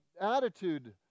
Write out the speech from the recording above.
attitude